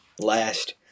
last